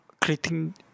creating